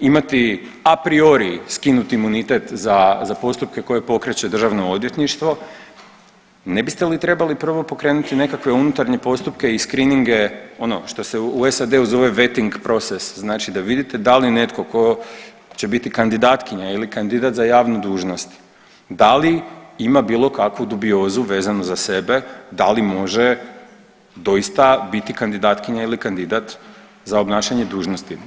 imati apriori skinuti imunitet za postupke koje pokreće DORH, ne biste li trebali prvo pokrenuti nekakve unutarnje postupke i skrininge, ono što se u SAD-u zove vetting process, znači da vidite da li netko tko će biti kandidatkinja ili kandidat za javnu dužnost, da li ima bilo kakvu dubiozu vezano za sebe, da li može doista biti kandidatkinja ili kandidat za obnašanje dužnosti.